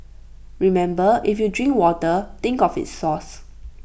remember if you drink water think of its source